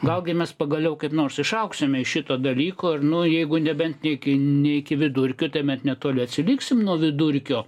gal gi mes pagaliau kaip nors išaugsime iš šito dalyko ir nu jeigu nebent ne iki ne iki vidurkio tuomet netoli atsiliksim nuo vidurkio